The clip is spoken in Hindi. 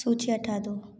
सूची हटा दो